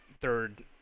third